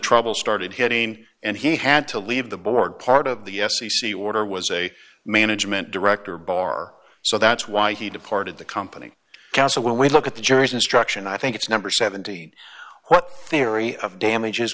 trouble started hitting and he had to leave the board part of the f c c order was a management director barr so that's why he departed the company council when we look at the jury's instruction i think it's number seventy what theory of damages